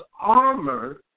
armor